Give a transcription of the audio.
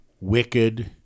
wicked